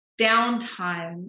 downtime